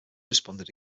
responded